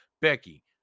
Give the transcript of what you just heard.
Becky